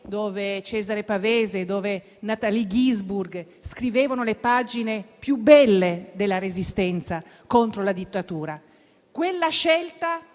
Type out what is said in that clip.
Levi, Cesare Pavese e Natalia Ginzburg scrivevano le pagine più belle della Resistenza contro la dittatura. Quella non